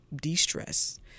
de-stress